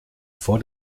vor